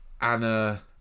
Anna